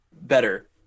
better